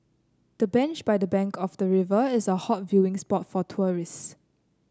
the bench by the bank of the river is a hot viewing spot for tourist